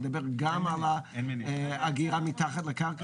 שנדבר גם על אגירה מתחת לקרקע?